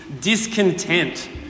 discontent